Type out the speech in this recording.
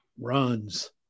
runs